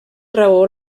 raó